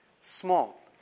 small